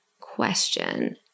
question